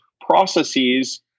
processes